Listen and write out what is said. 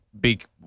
big